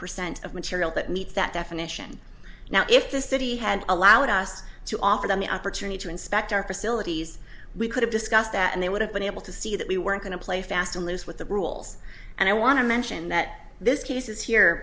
percent of material that meets that definition now if the city had allowed us to offer them the opportunity to inspect our facilities we could have discussed that and they would have been able to see that we weren't going to play fast and loose with the rules and i want to mention that this case is here